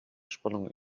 spannung